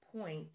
point